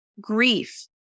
grief